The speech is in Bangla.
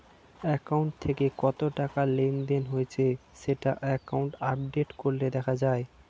অ্যাকাউন্ট থেকে কত টাকা লেনদেন হয়েছে সেটা অ্যাকাউন্ট আপডেট করলে দেখা যায়